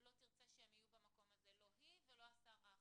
לא תרצה שהם יהיו במקום הזה, לא היא ולא השר האחר.